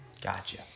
Gotcha